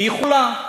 היא יכולה.